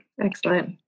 Excellent